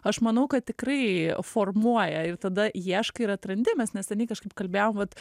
aš manau kad tikrai formuoja ir tada ieškai ir atrandi mes neseniai kažkaip kalbėjom vat